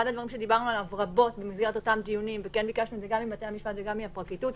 אחד הדברים שדיברנו עליו רבות הוא שגם המשטרה וגם הפרקליטות